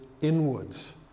inwards